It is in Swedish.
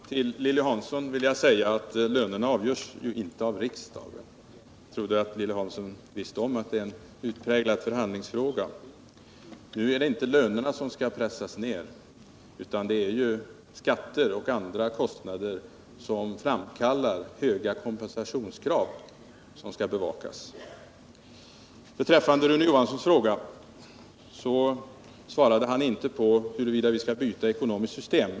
Herr talman! Till Lilly Hansson vill jag säga att lönerna inte avgörs av riksdagen — jag trodde att Lilly Hansson kände till att lönerna är en utpräglad förhandlingsfråga. Nu är det emellertid inte fråga om att lönerna skall pressas ner, utan det är fråga om att bevaka skatter och andra kostnader som framkallar höga kompensationskrav. Rune Johansson i Ljungby svarade inte på huruvida vi skall byta ekonomiskt system.